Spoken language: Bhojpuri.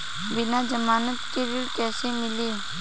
बिना जमानत के ऋण कईसे मिली?